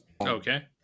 okay